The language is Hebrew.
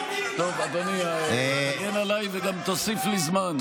אדוני, תגן עליי וגם תוסיף לי זמן.